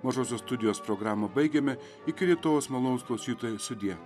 mažosios studijos programą baigiame iki rytojaus malonūs klausytojai sudie